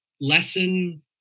lesson